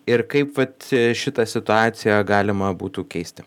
ir kaip vat šitą situaciją galima būtų keisti